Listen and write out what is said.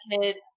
kids